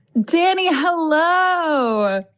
danny hello.